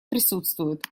присутствуют